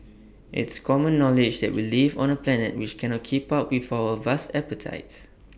it's common knowledge that we live on A planet which cannot keep up with our vast appetites